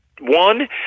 One